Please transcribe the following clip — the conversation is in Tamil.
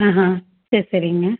ஆஹான் சேரி சரிங்க